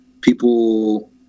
people